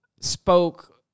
spoke